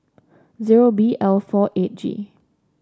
zero B L four eight G